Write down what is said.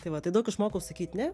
tai va tai daug išmokau sakyt ne